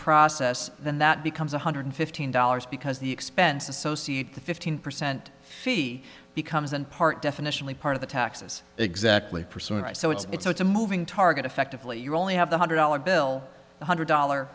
process then that becomes one hundred fifteen dollars because the expense associate the fifteen percent fee becomes and part definition the part of the taxes exactly pursuant i so it's it's a it's a moving target effectively you only have the hundred dollar bill one hundred dollar